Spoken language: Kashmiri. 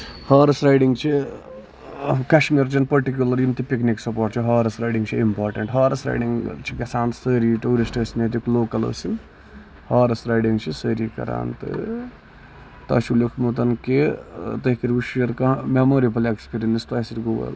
ہارٕس رایڈنگ چھِ کَشمیٖرچین پٔٹِکیوٗلر یِم تہِ پِکنک سپاٹ چھِ ہارٕس رایڈنگ چھِ اِمپاٹنٹ ہارٕس رایڈنگ چھِ گژھان سٲری ٹوٗرِسٹ ٲسِنۍ یا ییٚتِکۍ لوکل ٲسِنۍ ہارٕس رایڈنگ چھِ سٲری کران تہٕ تۄہہِ چھُو لٮ۪کھومُت کہِ تُہۍ کٔرِو شِیر کانہہ میموریبٕل اٮ۪کٕپِرینس